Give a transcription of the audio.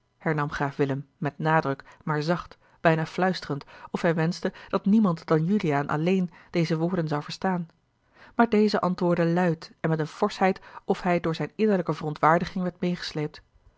graaf willem met nadruk maar zacht bijna fluisterend of hij wenschte dat niemand dan juliaan alleen deze woorden zou verstaan maar deze antwoordde luid en met eene forschheid of hij door zijne innerlijke verontwaardiging werd